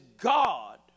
God